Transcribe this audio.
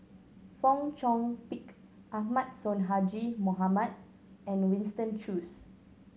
Fong Chong Pik Ahmad Sonhadji Mohamad and Winston Choos